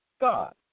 God